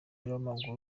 w’umupira